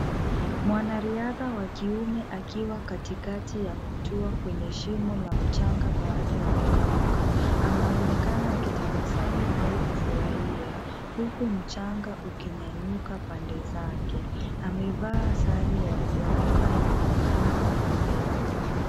Mwanariadha wa kiume akiwa katikati ya kutua kwenye shimo la mchanga baada ya kuruka. Anaonekana akitabasamu au kufurahia huku mchanga ukinyanyuka pande zake. Amevaa sare ya riadha yenye namba mbele.